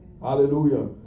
Hallelujah